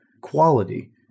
quality